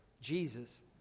Jesus